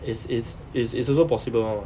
it's it's it's it's also possible